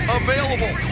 available